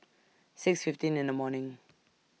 six fifteen in The morning